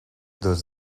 does